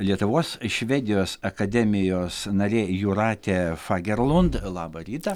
lietuvos švedijos akademijos narė jūratė fagerlund labą rytą